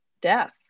death